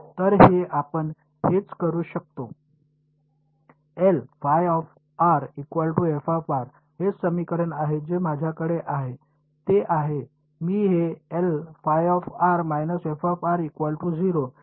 तर हे आपण हेच करू शकतो हेच समीकरण आहे जे माझ्याकडे आहे ते आहे मी हे या रूपात पुन्हा लिहतो